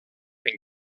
been